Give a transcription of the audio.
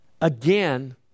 again